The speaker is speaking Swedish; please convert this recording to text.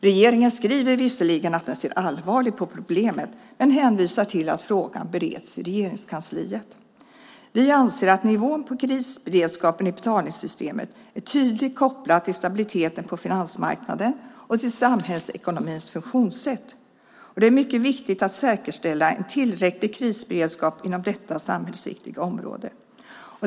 Regeringen skriver visserligen att den ser allvarligt på problemet men hänvisar till att frågan bereds i Regeringskansliet. Vi anser att nivån på krisberedskapen i betalningssystemet är tydligt kopplad till stabiliteten på finansmarknaderna och till samhällsekonomins funktionssätt. Det är mycket viktigt att säkerställa en tillräcklig krisberedskap inom detta samhällsviktiga område.